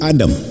Adam